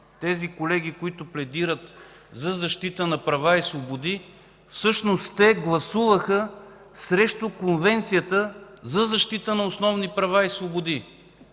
тези колеги, които пледират за защита на права и свободи, гласуваха срещу Конвенцията за защита на основни права и свободи,